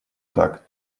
так